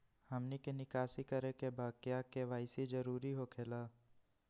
हमनी के निकासी करे के बा क्या के.वाई.सी जरूरी हो खेला?